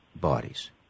bodies